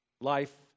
Life